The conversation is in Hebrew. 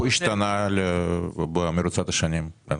איך הוא השתנה במרוצת השנים?